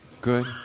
Good